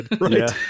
right